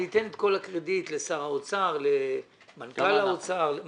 אני אתן את כל הקרדיט לשר האוצר ולמנכ"ל האוצר.